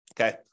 Okay